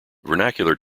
vernacular